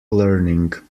learning